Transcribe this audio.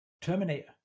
Terminator